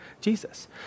Jesus